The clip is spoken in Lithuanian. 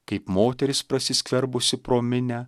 kaip moteris prasiskverbusi pro minią